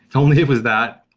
tell me, who was that?